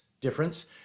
difference